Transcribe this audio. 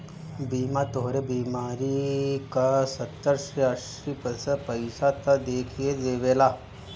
बीमा तोहरे बीमारी क सत्तर से अस्सी प्रतिशत पइसा त देहिए देवेला